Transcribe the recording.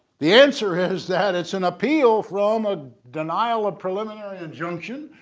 the answer is that it's an appeal from a denial of preliminary injunction,